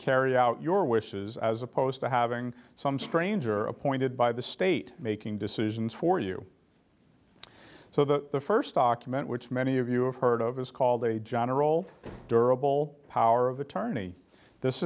carry out your wishes as opposed to having some stranger appointed by the state making decisions for you so the first document which many of you have heard of is called a general durable power of attorney this